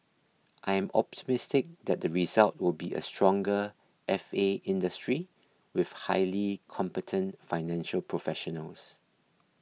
I am optimistic that the result will be a stronger F A industry with highly competent financial professionals